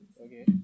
Okay